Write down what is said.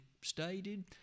stated